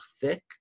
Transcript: thick